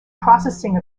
processing